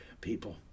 people